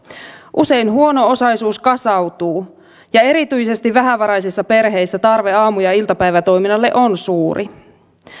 usein huono osaisuus kasautuu ja erityisesti vähävaraisissa perheissä tarve aamu ja iltapäivätoiminnalle on suuri